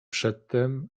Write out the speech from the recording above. przedtem